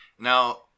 Now